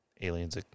aliens